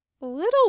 Little